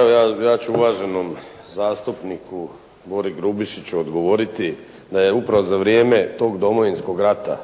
Evo ja ću uvaženom zastupniku Bori Grubišiću odgovoriti da je upravo za vrijeme tog Domovinskog rata